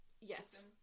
Yes